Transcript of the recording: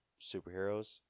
superheroes